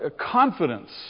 confidence